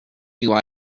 you